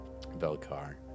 Velkar